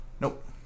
Nope